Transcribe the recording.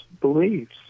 beliefs